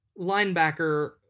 linebacker